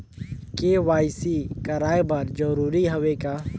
KYC कराय बर जरूरी हवे का?